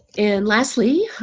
and lastly,